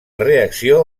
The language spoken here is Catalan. reacció